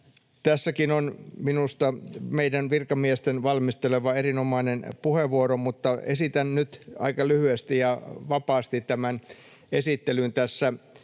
Tässäkin on meidän virkamiesten valmistelema erinomainen puheenvuoro, mutta esittelen tämän nyt aika lyhyesti ja vapaasti. Tässä